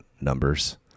numbers